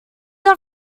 are